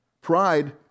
Pride